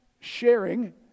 sharing